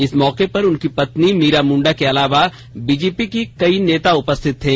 इस मौके पर उनकी पत्नी मीरा मुंडा के अलावा बीजेपी के कई नेता उपस्थित थे